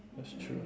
that's true